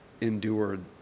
endured